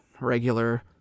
regular